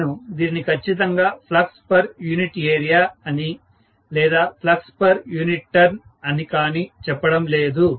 నేను దీనిని ఖచ్చితంగా ఫ్లక్స్ పర్ యూనిట్ ఏరియా అని లేదా ఫ్లక్స్ పర్ యూనిట్ టర్న్ అని కానీ చెప్పడం లేదు